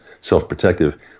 self-protective